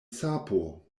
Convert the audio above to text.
sapo